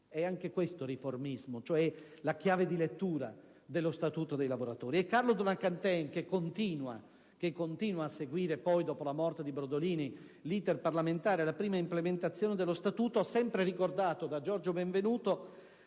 Anche questo è riformismo, cioè la chiave di lettura dello Statuto dei lavoratori. Carlo Donat-Cattin - che continua a seguire, dopo la morte di Brodolini, l'*iter* parlamentare e la prima implementazione dello Statuto, come ricorda Giorgio Benvenuto